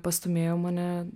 pastūmėjo mane